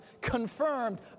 confirmed